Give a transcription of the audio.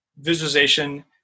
visualization